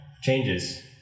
changes